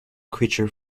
creature